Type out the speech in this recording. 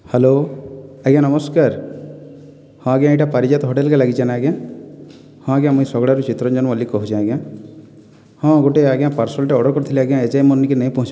hello ଆଜ୍ଞା ନମସ୍କାର ହଁ ଆଜ୍ଞା ଏଇଟା ପାରିଜାତ ହୋଟେଲ୍କୁ ଲାଗିଛି ନା ଆଜ୍ଞା ହଁ ଆଜ୍ଞା ମୁଁ ଶଗଡ଼ାରୁ ଚିତ୍ତ ରଞ୍ଜନ ମଲ୍ଲିକ କହୁଛି ଆଜ୍ଞା ହଁ ଗୋଟିଏ ଆଜ୍ଞା ପାର୍ସଲ୍ଟିଏ ଅର୍ଡ଼ର କରିଥିଲି ଆଜ୍ଞା ଏଯାଏଁ ମୋ' ନାଇ ପହଞ୍ଚି